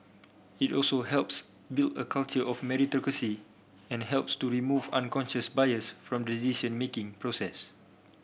it also helps build a culture of meritocracy and helps to remove unconscious bias from decision making process